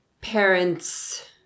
parents